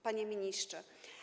Panie Ministrze!